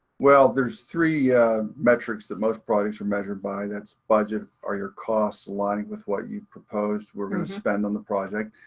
well, there's three metrics that most projects are measured by. that's budget, are your costs aligned with what you proposed you were going to spend on the project.